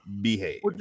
behave